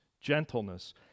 gentleness